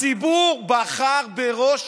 הציבור בחר בראש,